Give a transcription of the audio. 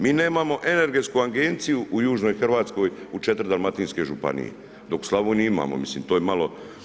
Mi nemamo energetsku agenciju u južnoj Hrvatskoj u 4 dalmatinske županije dok u Slavoniji imamo, mislim to je malo.